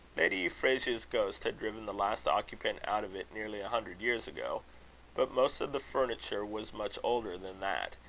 lady euphrasia's ghost had driven the last occupant out of it nearly a hundred years ago but most of the furniture was much older than that,